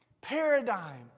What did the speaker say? paradigm